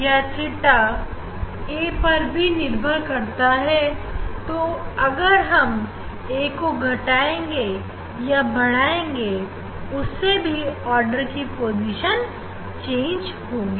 यह theta a पर भी निर्भर करता है तो अगर हम ए को घटाएं या बढ़ाएंगे उससे भी ऑर्डर की पोजीशन बदलेगी